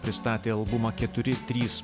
pristatė albumą keturi trys